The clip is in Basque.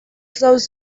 sous